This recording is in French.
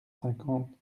cinquante